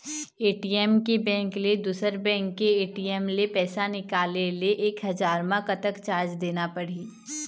ATM के bank ले दुसर बैंक के ए.टी.एम ले पैसा निकाले ले एक हजार मा कतक चार्ज देना पड़ही?